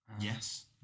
Yes